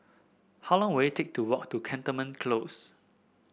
how long will it take to walk to Cantonment Close